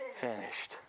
finished